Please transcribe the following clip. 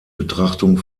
betrachtung